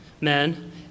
men